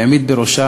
העמיד בראשה,